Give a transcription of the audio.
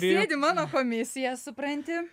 sėdi mano komisija supranti